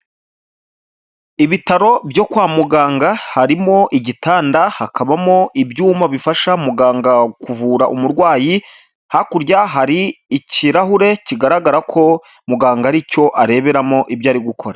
Ibitaro byo kwa muganga harimo igitanda, hakabamo ibyuma bifasha muganga kuvura umurwayi, hakurya hari ikirahure kigaragara ko muganga ari cyo areberamo ibyo ari gukora.